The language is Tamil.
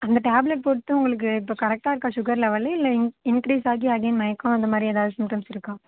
அந்த டேப்லெட் போட்டும் உங்களுக்கு இப்போ கரெக்ட்டாக இருக்கா ஷுகர் லெவல்லு இல்லை இங் இன்க்ரீஸ் ஆகி அகெய்ன் மயக்கம் வந்த மாதிரி ஏதாவது சிம்ப்ட்டம்ஸ் இருக்கா